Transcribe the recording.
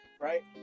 right